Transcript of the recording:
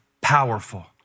powerful